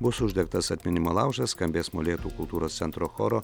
bus uždegtas atminimo laužas skambės molėtų kultūros centro choro